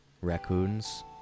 raccoons